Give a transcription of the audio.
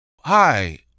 Hi